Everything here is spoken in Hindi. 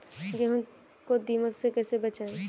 गेहूँ को दीमक से कैसे बचाएँ?